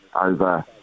over